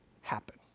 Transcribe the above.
happen